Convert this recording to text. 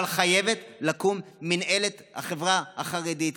אבל חייבת לקום מינהלת החברה החרדית,